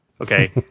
Okay